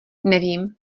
nevím